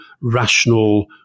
rational